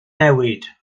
newid